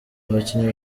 abakinnyi